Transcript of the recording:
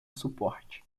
suporte